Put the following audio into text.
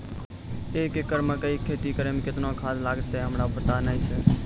एक एकरऽ मकई के खेती करै मे केतना खाद लागतै हमरा पता नैय छै?